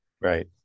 Right